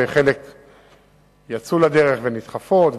שחלק יצאו לדרך ונדחפות,